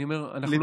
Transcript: אני אומר: אנחנו,